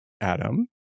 Adam